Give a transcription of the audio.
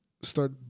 start